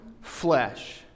flesh